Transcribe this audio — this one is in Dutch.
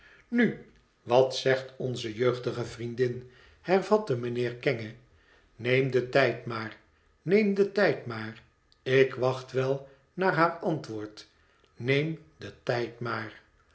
nu wat zegt onze jeugdige vriendin hervatte mijnheer kenge neem den tijd maar neem den tijd maar ik wacht wel naar haar antwoord neem den tijd maar